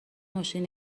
ماشین